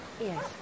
Yes